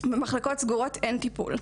במחלקות סגורות אין טיפול,